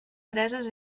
preses